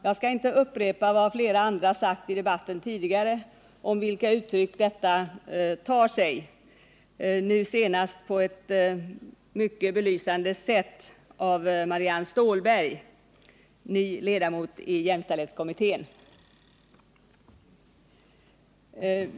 Jag skall inte upprepa vad flera andra sagt i debatten tidigare om vilka uttryck detta tar sig — nu senast på ett mycket belysande sätt av Marianne Stålberg, ny ledamot i jämställdhetskommittén.